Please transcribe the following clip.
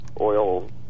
oil